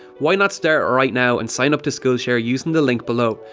why not start right now and sign up to skillshare using the link below.